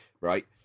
Right